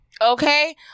Okay